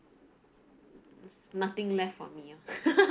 nothing left for me oh